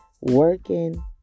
working